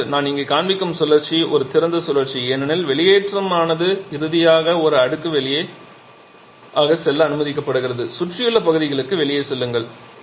இப்போது நான் இங்கே காண்பிக்கும் சுழற்சி ஒரு திறந்த சுழற்சி ஏனெனில் வெளியேற்றமானது இறுதியாக ஒரு அடுக்கு வழியாக செல்ல அனுமதிக்கப்படுகிறது சுற்றியுள்ள பகுதிகளுக்கு வெளியே செல்லுங்கள்